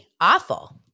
Awful